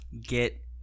get